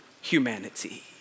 humanity